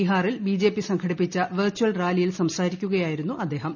ബീഹാറിൽ ബിജെപി സംഘടിപ്പിച്ച വെർചൽ റാലിയിൽ സംസാരിക്കുകയായിരുന്നു അദ്ദേഹം